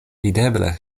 videble